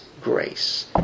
grace